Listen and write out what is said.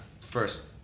first